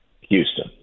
Houston